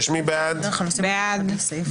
מה לא עשו להם,